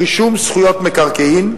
רישום זכויות מקרקעין,